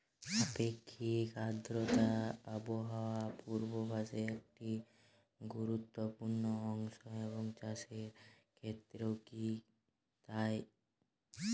আপেক্ষিক আর্দ্রতা আবহাওয়া পূর্বভাসে একটি গুরুত্বপূর্ণ অংশ এবং চাষের ক্ষেত্রেও কি তাই?